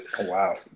wow